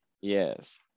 Yes